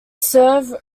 serve